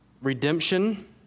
redemption